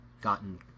gotten